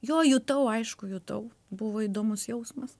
jo jutau aišku jutau buvo įdomus jausmas